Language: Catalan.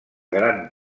gran